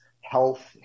health